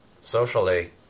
socially